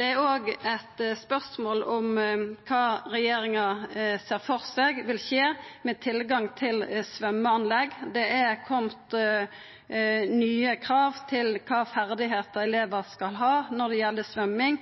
Det er òg eit spørsmål om kva regjeringa ser for seg vil skje med tilgangen til svømmeanlegg. Det er kome nye krav til kva ferdigheiter elevar skal ha når det gjeld svømming,